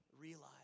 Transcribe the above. realize